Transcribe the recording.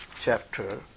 chapter